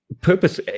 purpose